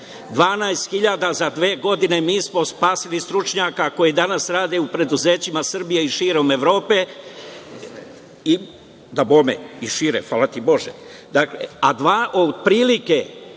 hiljada za dve godine mi smo spasili stručnjaka koji danas rade u preduzećima Srbije i širom Evrope i šire, hvala ti